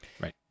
Right